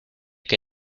que